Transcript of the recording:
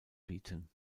bieten